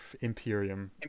Imperium